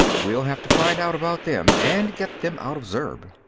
we'll have to find out about them, and get them out of zurb.